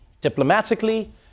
diplomatically